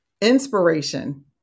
Inspiration